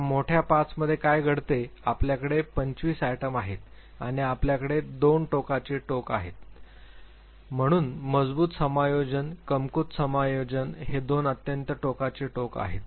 आता मोठ्या 5 मध्ये काय घडते आपल्याकडे 25items आहेत आणि आपल्याकडे दोन टोकाचे टोक आहेत म्हणून मजबूत समायोजन कमकुवत समायोजन हे दोन अत्यंत टोकाचे टोक आहेत